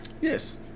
Yes